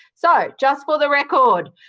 so, just for the record,